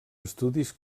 estudis